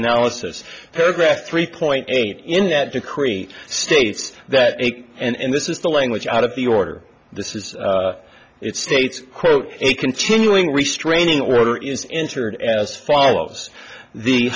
analysis paragraph three point eight in that decree states that make and this is the language out of the order this is it states quote a continuing restraining order is entered as follows the